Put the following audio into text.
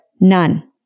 none